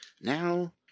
now